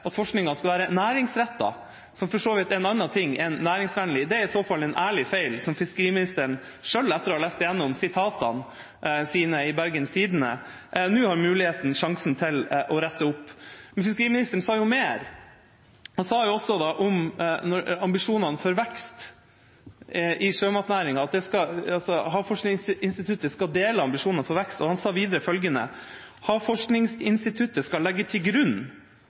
at forskninga skal være næringsrettet, som for så vidt er en annen ting enn næringsvennlig. Det er i så fall en ærlig feil, som fiskeriministeren sjøl etter å ha lest igjennom uttalelsene sine i Bergens Tidende nå har sjansen til å rette opp. Men fiskeriministeren sa mer. Han sa også om ambisjonene for vekst i sjømatnæringa at Havforskningsinstituttet skal «dele ambisjonene» for vekst, og han sa videre: Havforskningsinstituttet «skal legge til grunn